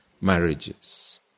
marriages